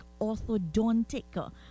orthodontic